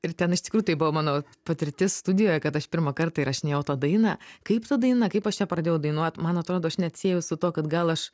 ir ten iš tikrųjų tai buvo mano patirtis studijoj kad aš pirmą kartą įrašinėjau tą dainą kaip ta daina kaip aš ją pradėjau dainuot man atrodo aš net siejau su tuo kad gal aš